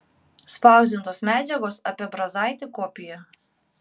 spausdintos medžiagos apie brazaitį kopija